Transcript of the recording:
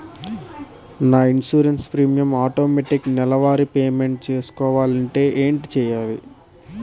నా insurance premium automatic నెలవారి payment చేసుకోవాలంటే ఏంటి చేయాలి?